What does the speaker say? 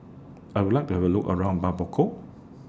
I Would like to Have A Look around Bamako